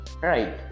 right